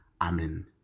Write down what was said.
Amen